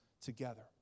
together